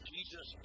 Jesus